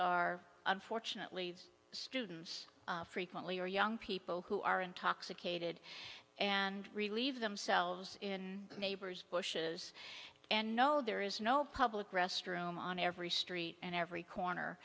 are unfortunately students frequently or young people who are intoxicated and relieve themselves in neighbors bushes and no there is no public restroom on every street and every corner